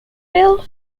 bill